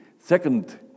second